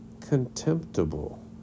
contemptible